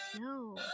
No